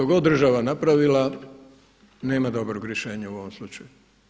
I što god država napravila nema dobrog rješenja u ovom slučaju.